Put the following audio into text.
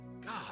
God